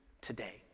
today